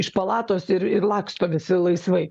iš palatos ir ir laksto visi laisvai